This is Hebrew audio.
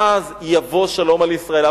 ואז יבוא שלום על ישראל.